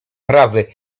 prawy